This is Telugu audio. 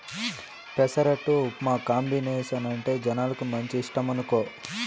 పెసరట్టు ఉప్మా కాంబినేసనంటే జనాలకు మంచి ఇష్టమనుకో